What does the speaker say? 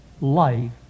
life